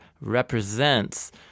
represents